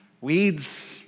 Weeds